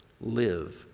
live